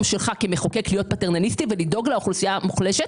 שלך כמחוקק להיות פטרנליסטי ולדאוג לאוכלוסייה המוחלשת,